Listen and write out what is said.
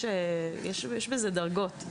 יש בזה דרגות.